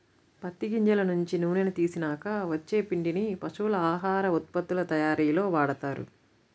పత్తి గింజల నుంచి నూనెని తీసినాక వచ్చే పిండిని పశువుల ఆహార ఉత్పత్తుల తయ్యారీలో వాడతారు